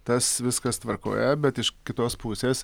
tas viskas tvarkoje bet iš kitos pusės